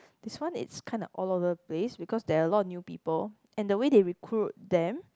this one it's kind of all over the place because there are a lot of new people and the way they recruit them